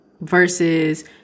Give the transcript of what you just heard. versus